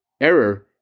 error